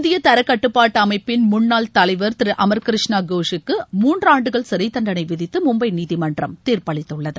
இந்திய தரக்கட்டுப்பாட்டு அமைப்பின் முன்னாள் தலைவர் திரு அமர்கிருஷ்ணா கோஷுக்கு மூன்றாண்டுகள் சிறை தண்டனை விதித்து மும்பை நீதிமன்றம் தீர்ப்பளித்தள்ளது